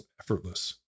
effortless